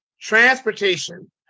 transportation